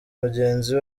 mugenzi